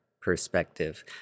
perspective